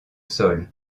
sol